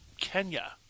Kenya